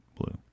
blue